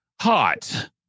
Hot